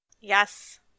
Yes